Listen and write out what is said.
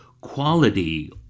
quality